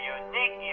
unique